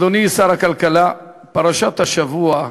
אדוני שר הכלכלה, פרשת השבוע,